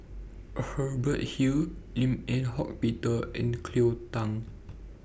Hubert Hill Lim Eng Hock Peter and Cleo Thang